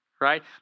Right